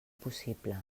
possible